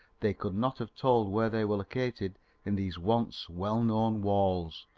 they could not have told where they were located in these once well-known walls.